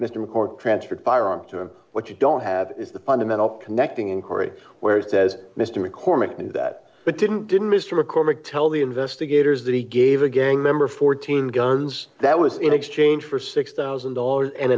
mr record transferred firearms to him what you don't have is the fundamental connecting inquiry where he says mr mccormick knew that but didn't didn't mr maccormack tell the investigators that he gave a gang member fourteen guns that was in exchange for six thousand dollars and